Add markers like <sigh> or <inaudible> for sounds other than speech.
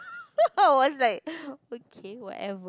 <laughs> I was like okay whatever